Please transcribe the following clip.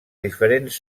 diferents